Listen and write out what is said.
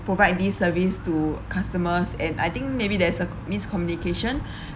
provide this service to customers and I think maybe there is a miscommunication